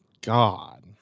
God